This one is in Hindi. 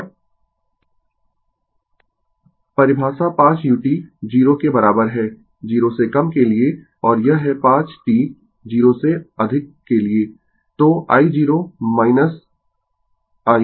और परिभाषा 5 u 0 के बराबर है I 0 से कम के लिए और यह है 5 t 0 से अधिक के लिए